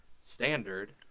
standard